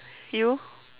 you